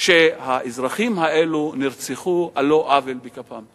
שהאזרחים האלה נרצחו על לא עוול בכפם.